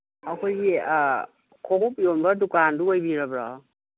ꯑꯩꯈꯣꯏꯒꯤ ꯈꯣꯡꯎꯞ ꯌꯣꯟꯕ ꯗꯨꯀꯥꯟꯗꯨ ꯑꯣꯏꯕꯤꯔꯕ꯭ꯔꯣ